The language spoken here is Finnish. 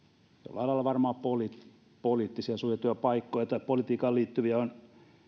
lailla varmaan poliittisia poliittisia suojatyöpaikkoja tai politiikkaan liittyviä on